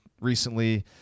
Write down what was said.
recently